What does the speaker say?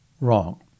wrong